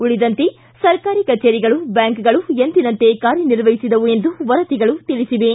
ಉಳಿದಂತೆ ಸರ್ಕಾರಿ ಕಚೇರಿಗಳು ಬ್ಯಾಂಕುಗಳು ಎಂದಿನಂತೆ ಕಾರ್ಯನಿರ್ವಹಿಸಿದವು ಎಂದು ವರದಿಗಳು ತಿಳಿಸಿವೆ